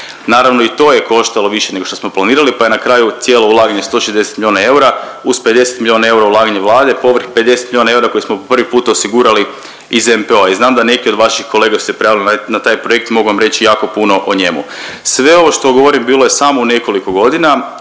Naravno i to je koštalo više nego što smo planirali, pa je na kraju, cijelo ulaganje 160 milijuna eura, uz 50 milijuna eura ulaganja Vlade povrh 50 milijuna eura koje smo prvi put osigurali iz NPOO-a i znam da neki od vaših kolega su se prijavili na taj projekt, mogu vam reći jako puno o njemu. Sve ovo što govorim bilo je samo u nekoliko godina